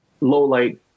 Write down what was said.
low-light